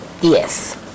Yes